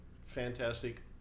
fantastic